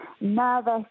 nervous